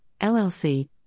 LLC